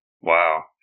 Wow